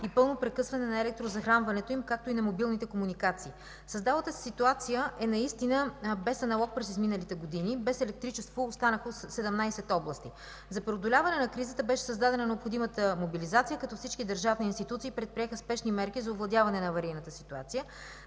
и пълно прекъсване на електрозахранването им, както и на мобилните комуникации. Създалата се ситуация е наистина без аналог през изминалите години. Без електричество останаха 17 области. За преодоляване на кризата беше създадена необходимата мобилизация, като всички държавни институции предприеха спешни мерки за овладяване на аварийната ситуация.